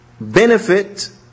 benefit